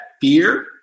fear